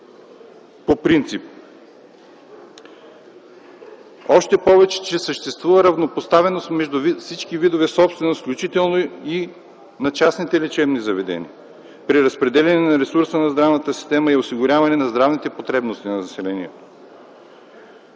по принцип, още повече, че съществува равнопоставеност между всички видове собственост, включително и на частните лечебни заведения, при разпределяне на ресурса на здравната система и осигуряване на здравните потребности на населението.